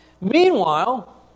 Meanwhile